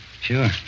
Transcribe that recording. Sure